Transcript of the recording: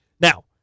Now